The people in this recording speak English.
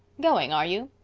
going, are you?